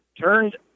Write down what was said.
turned